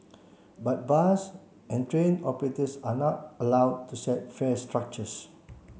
but bus and train operators are not allowed to set fare structures